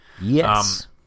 Yes